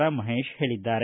ರಾ ಮಹೇಶ ಹೇಳಿದ್ದಾರೆ